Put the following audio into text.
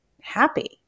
happy